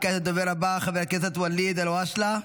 וכעת, הדובר הבא, חבר הכנסת ואליד אלהואשלה,